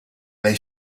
they